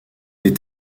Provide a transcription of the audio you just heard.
est